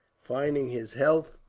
finding his health,